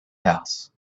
house